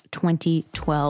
2012